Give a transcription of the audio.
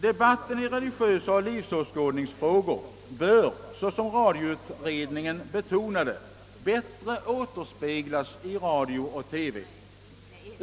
Debatten i frågor rörande religion och livsåskådning bör såsom radioutredningen betonade bättre återspeglas i radio och TV.